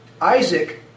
Isaac